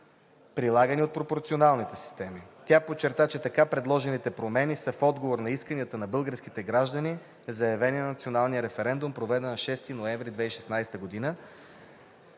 прилагани от пропорционалните системи. Тя подчерта, че така предложените промени са в отговор на исканията на българските граждани, заявени в националния референдум, проведен на 6 ноември 2016 г.,